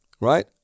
right